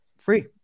free